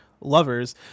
Lovers